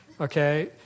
Okay